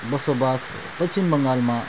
बसोबास पश्चिम बङ्गालमा